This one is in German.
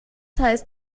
heißt